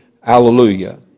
hallelujah